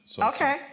Okay